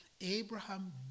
Abraham